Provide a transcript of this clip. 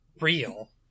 real